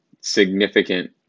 significant